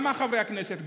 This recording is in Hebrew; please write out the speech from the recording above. גם מחברי הכנסת,